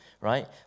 Right